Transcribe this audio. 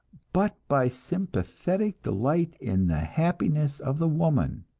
but by sympathetic delight in the happiness of the woman,